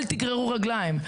אל תגררו רגליים.